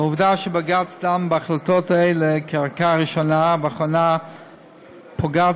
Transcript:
העובדה שבג"ץ דן בהחלטות האלה כערכאה ראשונה ואחרונה פוגעת